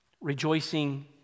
rejoicing